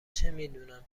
چمیدونم